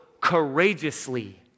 courageously